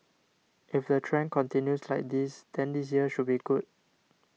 if the trend continues like this then this year should be good